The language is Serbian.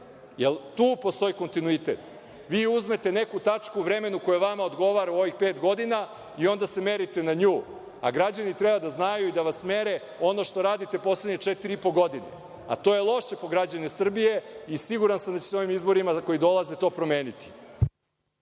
li tu postoji kontinuitet? Vi uzmete neku tačku u vremenu koja vama odgovara u ovih pet godina i onda se merite na nju, a građani treba da znaju i da vas mere prema onome što radite u poslednje četiri i po godine, a to je loše po građane Srbije. Siguran sam da će se ovim izborima koji dolaze to promeniti.